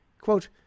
Quote